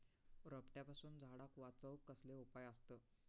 रोट्यापासून झाडाक वाचौक कसले उपाय आसत?